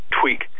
tweak